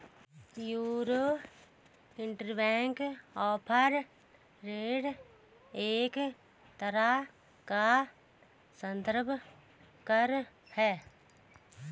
euro interbank offer rate एक तरह का सन्दर्भ दर है